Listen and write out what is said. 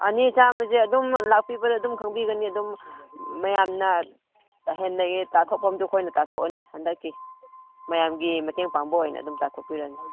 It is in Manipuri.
ꯑꯅꯤ ꯆꯥꯃꯁꯦ ꯑꯗꯨꯝ ꯂꯥꯛꯄꯤꯕꯗ ꯑꯗꯨꯝ ꯈꯪꯕꯤꯒꯅꯤ ꯑꯗꯨꯝ ꯃꯌꯥꯝꯅ ꯇꯥꯊꯣꯛꯐꯝꯁꯨ ꯑꯩꯈꯣꯏꯅ ꯇꯥꯊꯣꯛꯑꯅꯤ ꯍꯟꯗꯛꯇꯤ ꯃꯌꯥꯝꯒꯤ ꯃꯇꯦꯡ ꯄꯥꯡꯕ ꯑꯣꯏꯅ ꯑꯗꯨꯝ ꯇꯥꯊꯣꯛꯄꯤꯔꯅꯤ